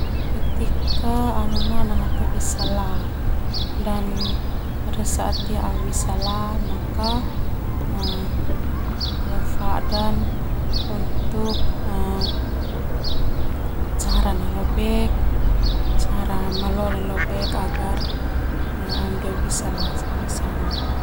Au bisa la maka au afadan untuk cara malole na lo bek untuk ami dua bisa la sama-sama.